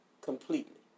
completely